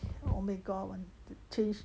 omega one the change